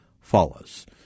follows